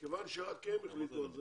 כיוון שרק הם החליטו על זה,